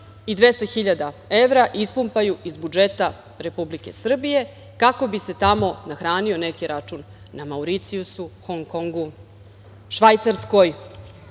1.200.000 evra ispumpaju iz budžeta Republike Srbije, kako bi se tamo nahranio neki račun na Mauricijusu, Hong Kongu, Švajcarskoj,